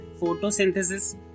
photosynthesis